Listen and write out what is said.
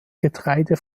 getreide